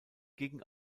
gegen